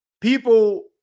people